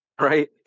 Right